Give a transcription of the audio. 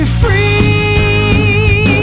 free